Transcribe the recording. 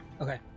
Okay